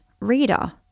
reader